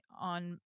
on